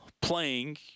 playing